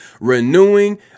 renewing